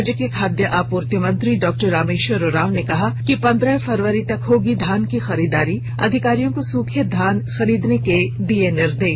राज्य के खाद्य आपूर्ति मंत्री डॉक्टर रामेश्वर उरांव ने कहा कि पंद्रह फरवरी तक होगी धान की खरीदारी अधिकारियों को सुखे धान खरीदने के दिये निर्देश